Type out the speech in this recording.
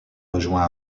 rejoint